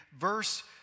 verse